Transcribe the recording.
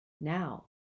now